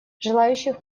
желающих